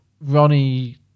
Ronnie